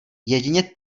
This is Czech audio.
jedině